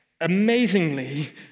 Amazingly